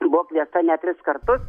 buvo kviesta net tris kartus